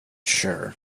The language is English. sure